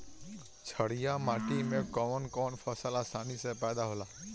छारिया माटी मे कवन कवन फसल आसानी से पैदा होला?